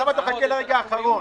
למה אתה מחכה לרגע האחרון?